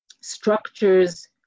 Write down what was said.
structures